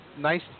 nice